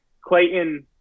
Clayton